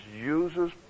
uses